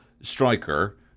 striker